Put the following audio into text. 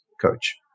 coach